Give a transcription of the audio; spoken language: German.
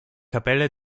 kapelle